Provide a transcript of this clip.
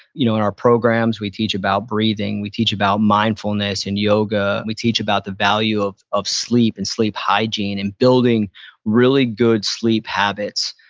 you know in our programs, we teach about breathing. we teach about mindfulness and yoga. we teach about the value of of sleep and sleep hygiene and building really good sleep habits.